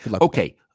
Okay